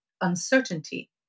uncertainty